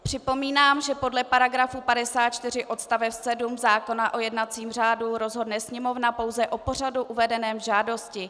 Připomínám, že podle § 54 odst. 7 zákona o jednacím řádu rozhodne Sněmovna pouze o pořadu uvedeném v žádosti.